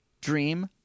Dream